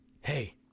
hey